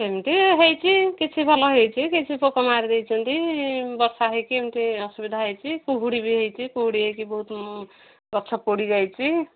ସେମିତି ହେଇଛି କିଛି ଭଲ ହେଇଛି କିଛି ପୋକ ମାରିଦେଇଛନ୍ତି ବର୍ଷା ହେଇକି ଏମିତି ଅସୁବିଧା ହେଇଛି କୁହୁଡ଼ି ବି ହେଇଛି କୁହୁଡ଼ି ହେଇକି ବହୁତ ଗଛ ପୋଡ଼ିଯାଇଛି